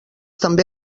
també